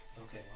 Okay